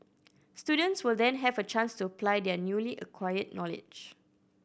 students will then have a chance to apply their newly acquired knowledge